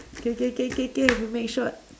k k k k k we make short